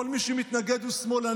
כל מי שמתנגד הוא שמאלני,